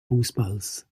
fußballs